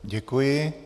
Děkuji.